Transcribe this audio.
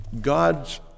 God's